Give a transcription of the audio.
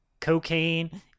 cocaine